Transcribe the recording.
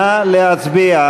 נא להצביע.